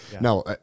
no